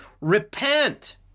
Repent